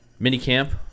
minicamp